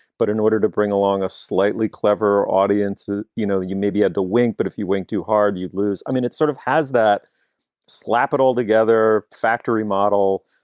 but in order to bring along a slightly clever audience, ah you know, you maybe had to wing, but if you went too hard, you'd lose. i mean, it sort of has that slapped all together, factory model,